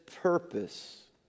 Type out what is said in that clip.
purpose